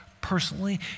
personally